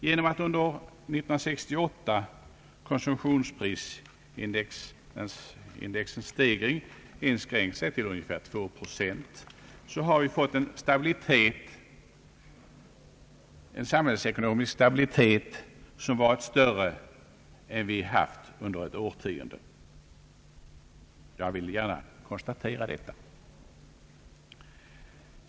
Genom att under 1968 stegringen av konsumtionsprisindex inskränkt sig till ungefär 2 procent har vi fått en samhällsekonomisk stabilitet som = varit större än vad vi haft under ett årtionde. Jag vill gärna konstatera detta.